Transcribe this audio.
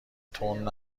تند